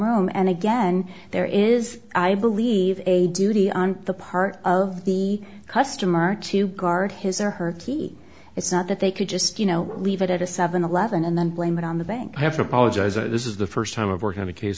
room and again there is i believe a duty on the part of the customer to guard his or her teeth it's not that they could just you know leave it at a seven eleven and then blame it on the bank i have to apologize if this is the first time i've worked on a c